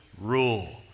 rule